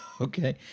Okay